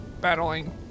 battling